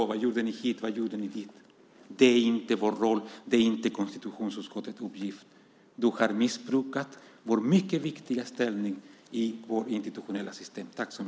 Vad gjorde ni här? Vad gjorde ni där? Det är inte vår roll. Det är inte konstitutionsutskottets uppgift. Du har missbrukat vår mycket viktiga ställning i vårt konstitutionella system.